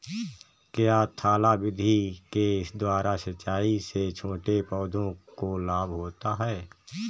क्या थाला विधि के द्वारा सिंचाई से छोटे पौधों को लाभ होता है?